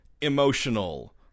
emotional